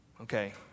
Okay